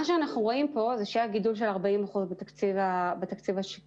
אנחנו רואים פה שהיה גידול של 40% בתקציב השקלי.